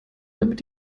damit